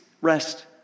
rest